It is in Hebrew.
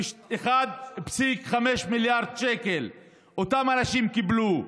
1.5 מיליארד שקל אותם אנשים קיבלו.